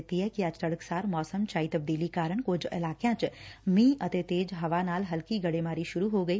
ਦਿੱਤੀ ਐ ਕਿ ਅੱਜ ਤੜਕਸਾਰ ਮੌਸਮ ਚ ਆਈ ਤਬਦੀਲੀ ਕਾਰਨ ਕੁਝ ਇਲਾਕਿਆਂ ਵਿਚ ਮੀਂਹ ਅਤੇ ਤੇਜ਼ ਹਵਾ ਨਾਲ ਹਲਕੀ ਗਤੇਮਾਰੀ ਸੁਰੂ ਹੋ ਗਈ